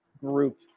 group